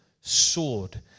sword